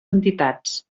entitats